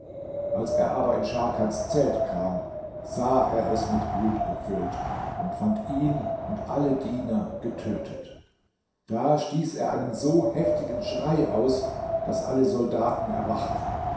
als er aber in scharkans zelt kam sah er es mit blut gefüllt und fand ihn und alle diener getötet da stieß er einen so heftigen schrei aus daß alle soldaten erwachten